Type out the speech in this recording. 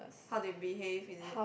how they behave is it